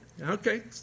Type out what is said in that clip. Okay